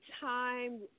time